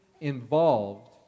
involved